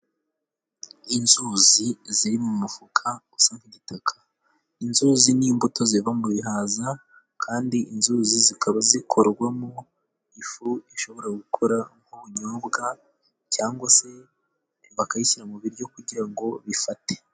Inzuzi ziri mu mufuka usa nk'igitaka, inzuzi ni imbuto ziva mu bihaza kandi inzuzi zikaba zikorwamo ifu ishobora gukora nk'ubunyobwa, cyangwa se bakayishyira mu biryo kugira ngo bifate.